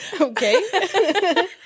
Okay